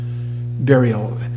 burial